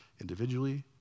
individually